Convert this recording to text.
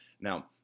now